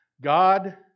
God